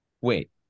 Wait